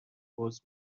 عذر